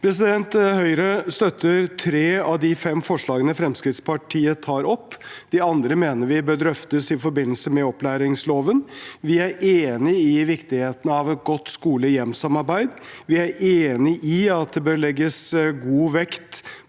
Stortinget. Høyre støtter tre av de fem forslagene Fremskrittspartiet fremmet. De andre mener vi bør drøftes i forbindelse med opplæringsloven. Vi er enige i viktigheten av et godt skole/hjem-samarbeid, vi er enige i at det bør legges god vekt